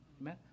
Amen